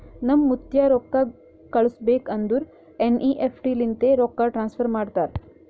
ನಮ್ ಮುತ್ತ್ಯಾ ರೊಕ್ಕಾ ಕಳುಸ್ಬೇಕ್ ಅಂದುರ್ ಎನ್.ಈ.ಎಫ್.ಟಿ ಲಿಂತೆ ರೊಕ್ಕಾ ಟ್ರಾನ್ಸಫರ್ ಮಾಡ್ತಾರ್